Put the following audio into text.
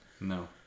No